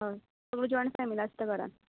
हय full joint family आसता घरान